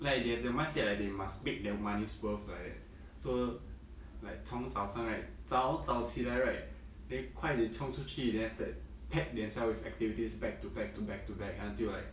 like they have the mindset like they must make their money's worth like that so like 从早上 right 早早起来 right then 快点冲出去 then after that pack themselves with activities back to back to back to back until like